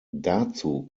dazu